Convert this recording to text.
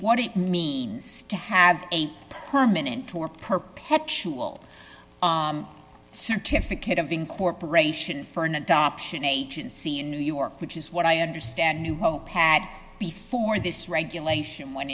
what it means to have a permanent or perpetual certificate of incorporation for an adoption agency in new york which is what i understand new home pat before this regulation went